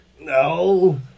No